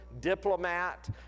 diplomat